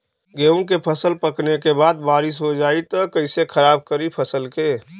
गेहूँ के फसल पकने के बाद बारिश हो जाई त कइसे खराब करी फसल के?